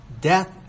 Death